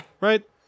right